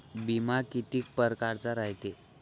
बिमा कितीक परकारचा रायते?